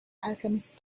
alchemist